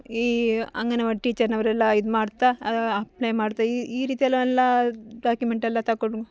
ಈ ಅಂಗನವಾಡಿ ಟೀಚರ್ನವರೆಲ್ಲ ಇದು ಮಾಡ್ತಾ ಅಪ್ಲೈ ಮಾಡ್ತಾ ಈ ರೀತಿಯಲ್ಲೆಲ್ಲ ಡಾಕ್ಯುಮೆಂಟ್ ಎಲ್ಲ ತಕೊಂಡು